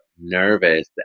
nervous